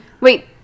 Wait